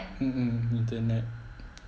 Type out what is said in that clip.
mm mm internet